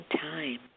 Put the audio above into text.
time